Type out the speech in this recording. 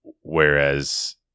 Whereas